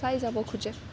চাই যাব খোজে